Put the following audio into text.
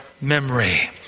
memory